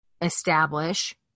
establish